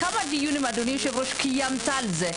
כמה דיונים אדוני יושב הראש קיימת על זה?